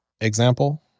example